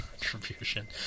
contribution